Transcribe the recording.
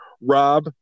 Rob